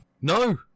No